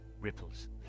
Ripples